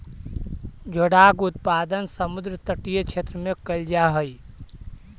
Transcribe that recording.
जोडाक उत्पादन समुद्र तटीय क्षेत्र में कैल जा हइ